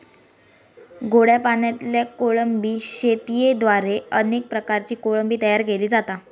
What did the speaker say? गोड्या पाणयातल्या कोळंबी शेतयेद्वारे अनेक प्रकारची कोळंबी तयार केली जाता